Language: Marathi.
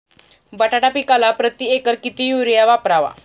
बटाटा पिकाला प्रती एकर किती युरिया वापरावा?